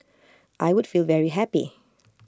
I would feel very happy